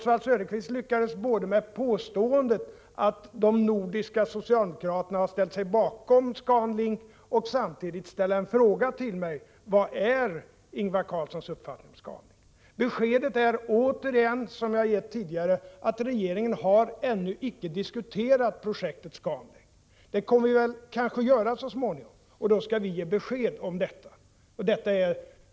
Oswald Söderqvist lyckades både få med påståendet att de nordiska socialdemokraterna har ställt sig bakom Scan Link och samtidigt ställa en fråga till mig: Vad är Ingvar Carlssons uppfattning om Scan Link? Beskedet är liksom tidigare att regeringen ännu icke har diskuterat projektet Scan Link. Det kommer vi kanske att göra så småningom, och då skall vi ge besked om detta.